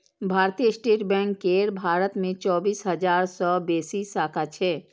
भारतीय state bank केर भारत मे चौबीस हजार सं बेसी शाखा छै